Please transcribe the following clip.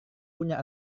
punya